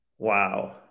Wow